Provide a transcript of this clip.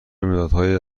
مدادهای